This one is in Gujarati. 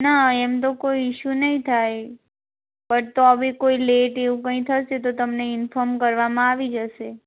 ના એમ તો કોઈ ઈશુ નહીં થાય બટ તો બી કોઈ લેટ એવું કંઈ થશે તો તમને ઇન્ફોમ કરવામાં આવી જશે